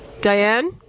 Diane